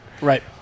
Right